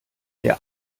der